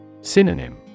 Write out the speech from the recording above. Synonym